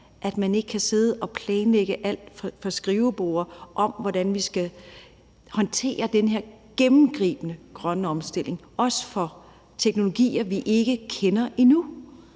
at man ikke kan sidde og planlægge alt fra skriveborde om, hvordan man skal håndtere den her gennemgribende grønne omstilling, også med teknologier, som man endnu